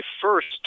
first